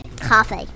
Coffee